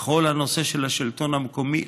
בכל הנושא של השלטון המקומי.